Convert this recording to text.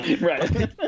right